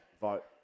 vote